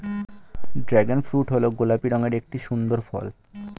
dragon fruit হল গোলাপি রঙের একটি সুন্দর ফল